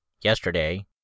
yesterday